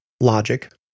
logic